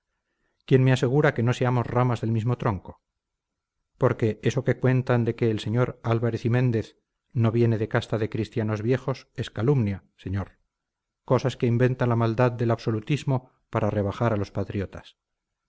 quién me asegura que no seamos ramas del mismo tronco porque eso que cuentan de que el sr álvarez y méndez no viene de casta de cristianos viejos es calumnia señor cosas que inventa la maldad del absolutismo para rebajar a los patriotas